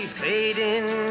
fading